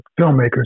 filmmakers